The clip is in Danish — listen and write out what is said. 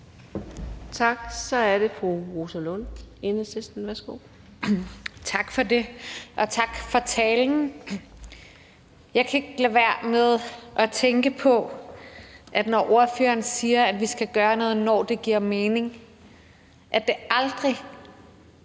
Tak. Så er det fru Rosa Lund, Enhedslisten. Værsgo. Kl. 18:43 Rosa Lund (EL): Tak for det. Og tak for talen. Jeg kan ikke lade være med at tænke på, når ordføreren siger, at vi skal gøre noget, når det giver mening, at det aldrig